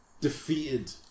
defeated